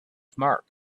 mark